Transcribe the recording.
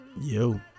yo